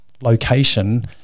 location